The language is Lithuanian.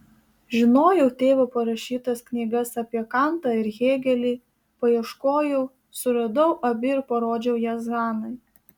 žinojau tėvo parašytas knygas apie kantą ir hėgelį paieškojau suradau abi ir parodžiau jas hanai